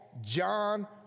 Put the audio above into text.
John